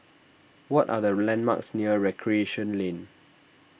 what are the landmarks near Recreation Lane